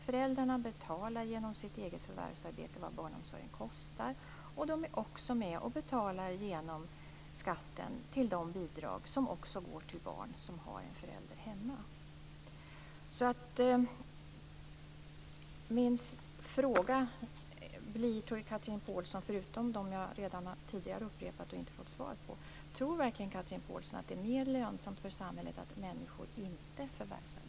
Föräldrarna betalar genom sitt eget förvärvsarbete kostnaderna för barnomsorgen. De är också genom skatten med och betalar till de bidrag som går till barn som har en förälder hemma. Förutom de frågor som jag redan tidigare har upprepat men inte fått svar på vill jag ställa frågan: Tror Chatrine Pålsson verkligen att det är mer lönsamt för samhället att människor inte förvärvsarbetar?